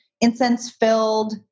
Incense-filled